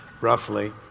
roughly